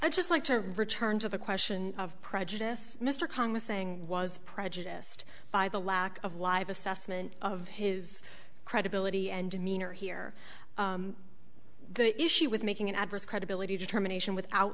i'd just like to return to the question of prejudice mr khan was saying was prejudiced by the lack of live assessment of his credibility and demeanor here the issue with making an adverse credibility determination without